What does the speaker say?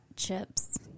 Chips